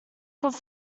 could